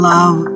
Love